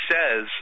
says